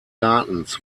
gartens